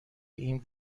این